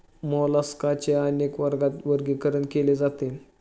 मोलास्काचे अनेक वर्गात वर्गीकरण केले जाते